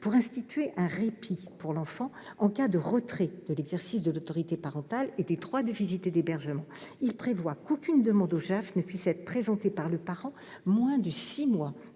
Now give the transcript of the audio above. pour instituer un « répit » pour l'enfant en cas de retrait de l'exercice de l'autorité parentale et des droits de visite et d'hébergement. Il tend à prévoir qu'aucune demande au juge aux affaires familiales ne puisse être présentée par le parent moins de six mois